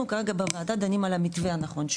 אנחנו כרגע בוועדה דנים על המתווה הנכון.